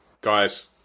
Guys